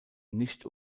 nicht